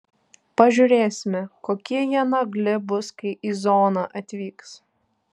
pažiūrėsime kokie jie nagli bus kai į zoną atvyks